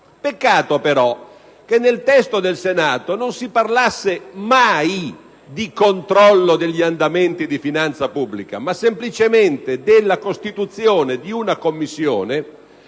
Peccato, però, che nel testo del Senato non si parlasse mai di controllo degli andamenti di finanza pubblica, ma semplicemente della costituzione di una Commissione